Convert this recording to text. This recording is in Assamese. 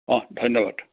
অহ্ ধন্যবাদ